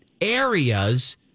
areas